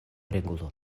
regulo